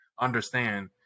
understand